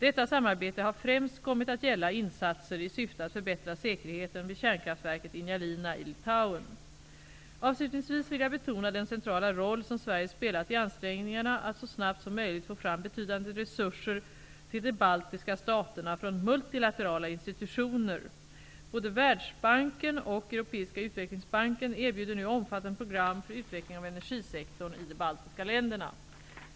Detta samarbete har främst kommit att gälla insatser i syfte att förbättra säkerheten vid kärnkraftverket Ignalina i Litauen. Avslutningsvis vill jag betona den centrala roll som Sverige spelat i ansträngningarna att så snabbt som möjligt få fram betydande resurser till de baltiska staterna från multilaterala institutioner. Både Världsbanken och Europeiska utvecklingsbanken erbjuder nu omfattande program för utveckling av energisektorn i de baltiska länderna.